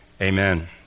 Amen